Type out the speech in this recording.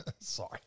sorry